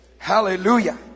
hallelujah